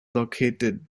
docketed